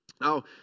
Now